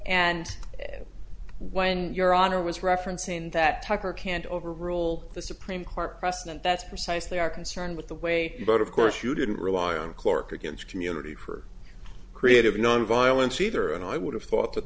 and when your honor was referencing that tucker can't overrule the supreme court precedent that's precisely are concerned with the way but of course you didn't rely on clerk against community for creative nonviolence either and i would have thought that